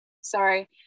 sorry